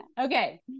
Okay